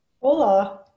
Hola